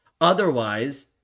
Otherwise